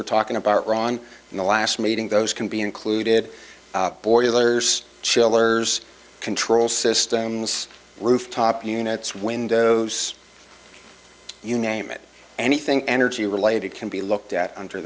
were talking about ron in the last meeting those can be included boilers chillers control systems rooftop units windows you name it anything energy related can be looked at under